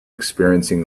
experiencing